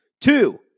Two